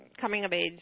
coming-of-age